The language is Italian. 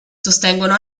sostengono